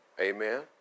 Amen